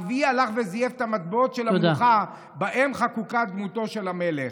הרביעי הלך וזייף את המטבעות של המלוכה שבהם חקוקה דמותו של המלך.